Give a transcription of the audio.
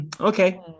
Okay